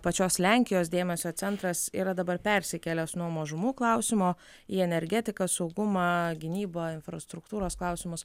pačios lenkijos dėmesio centras yra dabar persikėlęs nuo mažumų klausimo į energetiką saugumą gynybą infrastruktūros klausimus